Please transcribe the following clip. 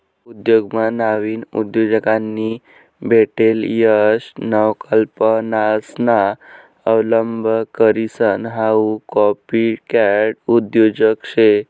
उद्योगमा नाविन उद्योजकांनी भेटेल यश नवकल्पनासना अवलंब करीसन हाऊ कॉपीकॅट उद्योजक शे